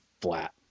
flat